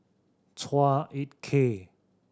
Chua Ek Kay